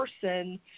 person